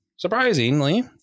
Surprisingly